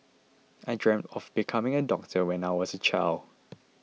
I dreamt of becoming a doctor when I was a child